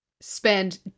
spend